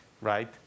right